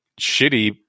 shitty